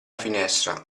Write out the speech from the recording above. finestra